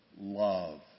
love